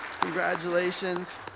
congratulations